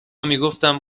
میگفتم